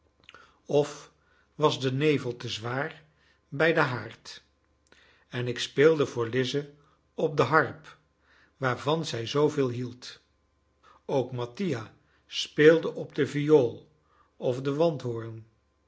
of was de nevel te zwaar bij den haard en ik speelde voor lize op de harp waarvan zij zooveel hield ook mattia speelde op de viool of den